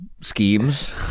schemes